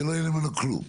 שלא יהיה ממנו כלום.